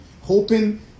hoping